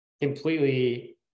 completely